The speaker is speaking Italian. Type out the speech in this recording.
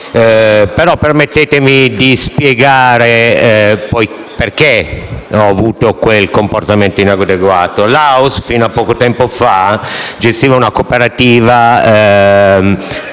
Permettetemi però di spiegare perché ho avuto quel comportamento inadeguato. Laus, fino a poco tempo fa, gestiva una cooperativa